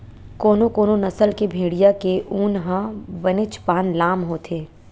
कोनो कोनो नसल के भेड़िया के ऊन ह बनेचपन लाम होथे